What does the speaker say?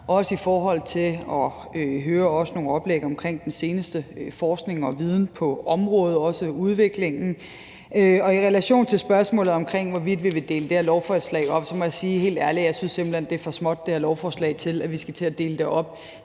i den forbindelse også hører nogle oplæg om den seneste forskning og viden samt udviklingen på området. I relation til spørgsmålet om, hvorvidt vi vil dele det her lovforslag op, så må jeg sige helt ærligt, at jeg simpelt hen synes, at det her lovforslag er for småt til, at vi skal til at dele det op